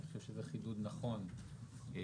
אני חושב שזה חידוד נכון לנוסח.